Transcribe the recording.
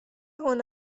هنر